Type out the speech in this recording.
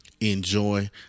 enjoy